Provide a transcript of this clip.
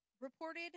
reported